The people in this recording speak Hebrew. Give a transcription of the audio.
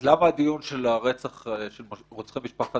אז למה הדיון של הרצח של רוצחי משפחת